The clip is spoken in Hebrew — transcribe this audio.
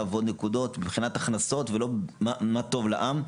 ועוד נקודות: בחינת הכנסות ולא מה טוב לעם.